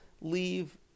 leave